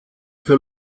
für